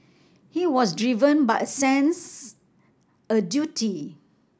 he was driven by a sense a duty